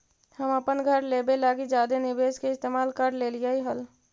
हम अपन घर लेबे लागी जादे निवेश के इस्तेमाल कर लेलीअई हल